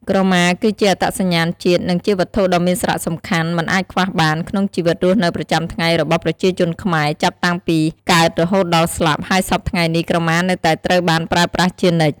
ក្រមា គឺជាអត្តសញ្ញាណជាតិ និងជាវត្ថុដ៏មានសារៈសំខាន់មិនអាចខ្វះបាន ក្នុងជីវិតរស់នៅប្រចាំថ្ងៃរបស់ប្រជាជនខ្មែរ ចាប់តាំងពីកើតរហូតដល់ស្លាប់ហើយសព្វថ្ងៃនេះក្រមានៅតែត្រូវបានប្រើប្រាស់ជានិច្ច។